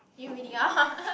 you really are